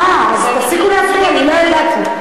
אהה, אז תפסיקו להפריע לי, לא ידעתי.